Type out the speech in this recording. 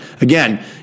again